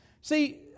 See